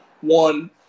one